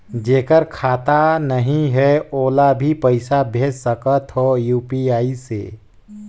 जेकर खाता नहीं है ओला भी पइसा भेज सकत हो यू.पी.आई से?